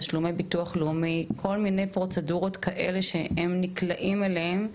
תשלומי ביטוח לאומי ועוד כל מיני פרוצדורות כאלו לה שהם נקלעים אליהן.